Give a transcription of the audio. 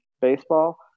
baseball